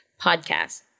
podcast